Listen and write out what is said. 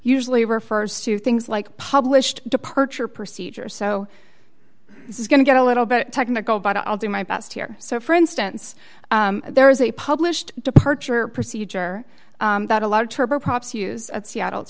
usually refers to things like published departure procedures so this is going to get a little bit technical but i'll do my best here so for instance there is a published departure procedure that a lot of turboprops use at seattle